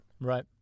Right